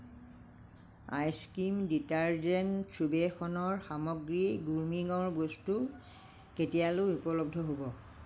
ice cream detergent সুবেশনৰ সামগ্ৰী গ্ৰুমিঙৰ বস্তু কেতিয়ালৈ উপলব্ধ হ'ব